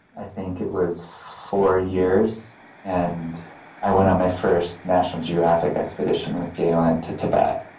i think it was four years and i went on my first national geographic expedition with galen to tibet,